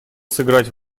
сыграть